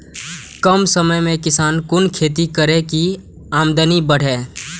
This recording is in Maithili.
कम समय में किसान कुन खैती करै की आमदनी बढ़े?